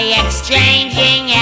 exchanging